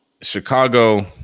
Chicago